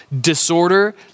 disorder